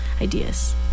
ideas